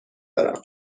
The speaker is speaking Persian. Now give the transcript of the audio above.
دارم